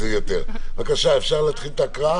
אפשר להקריא?